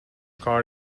کار